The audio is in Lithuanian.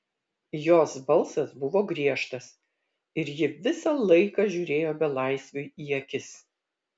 jos balsas buvo griežtas ir ji visą laiką žiūrėjo belaisviui į akis